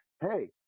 Hey